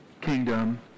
kingdom